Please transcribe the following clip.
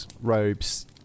robes